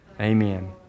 Amen